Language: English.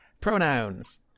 Pronouns